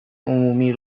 عمومی